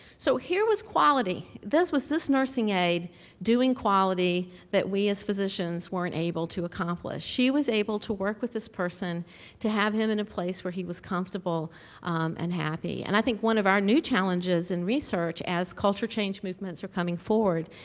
so, here was quality. this was this nursing aide doing quality that we, as physicians, weren't able to accomplish. she was able to work with this person to have him in a place where he was comfortable and happy, and i think one of our new challenges in research, as culture change movements are coming forward,